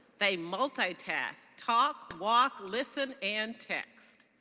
they multi-task talk, walk, listen, and text.